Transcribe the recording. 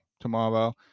tomorrow